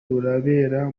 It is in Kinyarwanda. rurabera